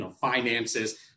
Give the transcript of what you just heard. finances